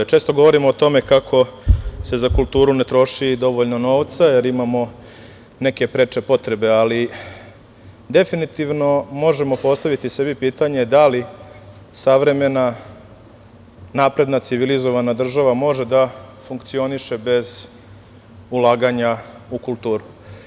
Često govorimo o tome kako se za kulturu ne troši dovoljno novca, jer imamo neke preče potrebe, ali definitivno možemo postaviti sebi pitanje - da li savremena, napredna, civilizovana država može da funkcioniše bez ulaganja u kulturu?